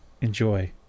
Enjoy